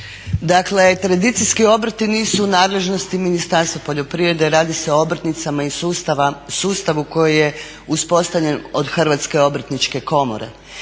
Dakle tradicijski obrti nisu u nadležnosti Ministarstva poljoprivrede, radi se o obrtnicama iz sustava, sustavu koji je uspostavljen od Hrvatske obrtničke komore